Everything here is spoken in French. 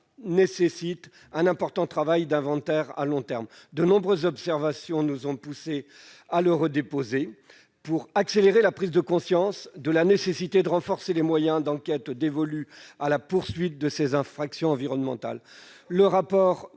nécessiterait un important travail d'inventaire de long terme. De nombreuses observations nous ont poussés à le redéposer. Il s'agit pour nous d'accélérer la prise de conscience sur la nécessité de renforcer les moyens d'enquête dévolus à la poursuite des infractions environnementales. Le rapport